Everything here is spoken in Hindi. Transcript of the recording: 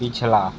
पिछला